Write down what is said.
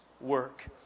work